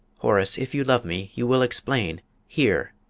horace, if you love me, you will explain here,